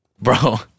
bro